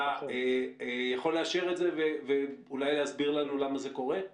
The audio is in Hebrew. אתה יכול לאשר את זה ואולי להסביר לנו למה זה קורה?